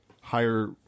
higher